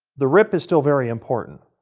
the rip is still very important.